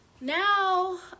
now